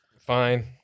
fine